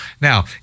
Now